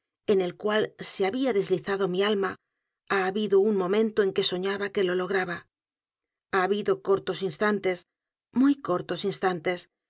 en el cual se había deslizado mi alma ha habido momento en que soñaba que lo l o g r a b a ha habido cortos instantes muy cortos instantes